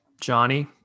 Johnny